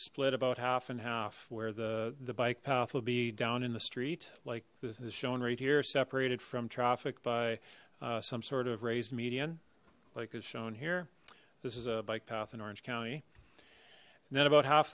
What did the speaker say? split about half and half where the the bike path will be down in the street like this is shown right here separated from traffic by uh some sort of raised median like is shown here this is a bike path in orange county and then about half